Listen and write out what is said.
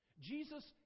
Jesus